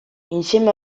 insieme